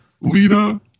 Lita